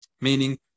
Meaning